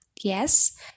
Yes